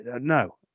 No